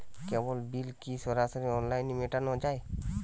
কেবল bill কি সরাসরি অনলাইনে মেটানো য়ায়?